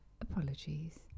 Apologies